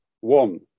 one